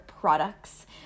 products